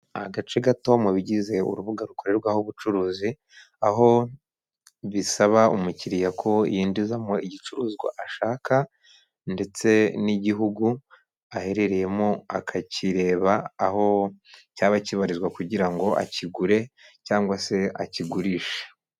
Agace gato mu bigize urubuga rukorerwaho ubucuruzi, aho bisaba umukiliya ko yinjizamo igicuruzwa ashaka, ndetse n'igihugu aherereyemo akakireba aho cyaba kibarizwa kugira ngo akigure cyangwa se akigurishe.